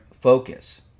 focus